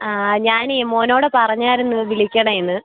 ആ ഞാൻ മോനോട് പറഞ്ഞതായിരുന്നു വിളിക്കണമെന്ന്